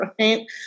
right